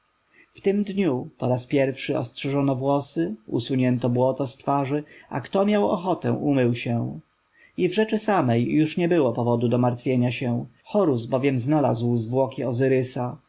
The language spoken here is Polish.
tym dniu po raz pierwszy ostrzyżono włosy usunięto błoto z twarzy a kto miał ochotę umył się i w rzeczy samej już nie było powodu do martwienia się horus bowiem znalazł zwłoki